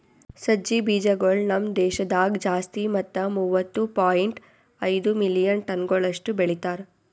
ಸಜ್ಜಿ ಬೀಜಗೊಳ್ ನಮ್ ದೇಶದಾಗ್ ಜಾಸ್ತಿ ಮತ್ತ ಮೂವತ್ತು ಪಾಯಿಂಟ್ ಐದು ಮಿಲಿಯನ್ ಟನಗೊಳಷ್ಟು ಬೆಳಿತಾರ್